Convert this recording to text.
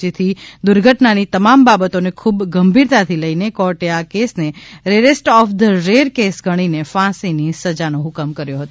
જેથી દુર્ઘટનાની તમામ બાબતોને ખૂબ ગંભીરતાથી લઈને કોર્ટે આ કેસને rarest of the rare case ગણીને ફાંસીની સજાનો હુકમ કર્યો હતો